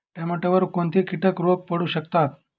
टोमॅटोवर कोणते किटक रोग पडू शकतात?